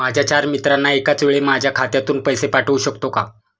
माझ्या चार मित्रांना एकाचवेळी माझ्या खात्यातून पैसे पाठवू शकतो का?